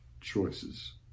choices